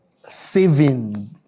saving